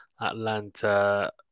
Atlanta